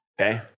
okay